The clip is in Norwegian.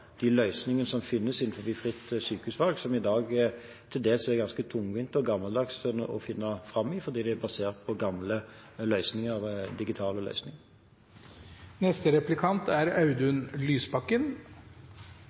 de løsningene som finnes innenfor fritt sykehusvalg, som i dag til dels er ganske tungvinte og gammeldagse å finne fram i fordi de er basert på gamle digitale løsninger. Det er